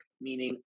meaning